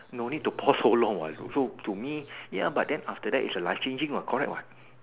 no need to pour so long what so to me ya but then after that is life changing ya correct what